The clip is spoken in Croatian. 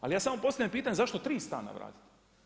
Al ja samo postavljam pitanje zašto 3 stana vratiti?